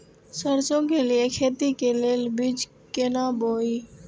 सरसों के लिए खेती के लेल बीज केना बोई?